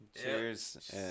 Cheers